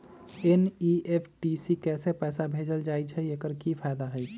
NEFT से पैसा कैसे भेजल जाइछइ? एकर की फायदा हई?